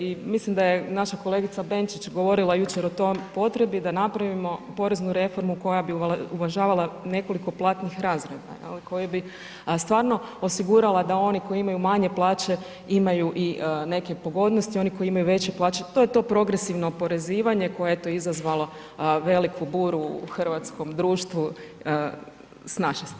I mislim da je naša kolegica Benčić govorila jučer o toj potrebi da napravimo poreznu reformu koja bi uvažavala nekoliko platnih razreda koji bi, a stvarno osigurala da oni koji imaju manje plaće imaju i neke pogodnosti, oni koji imaju veće plaće, to je to progresivno oporezivanje koje je izazvalo veliku buru u hrvatskom društvu s naše strane.